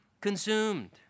consumed